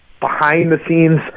behind-the-scenes